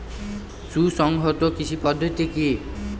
সুসংহত কৃষি পদ্ধতি কি?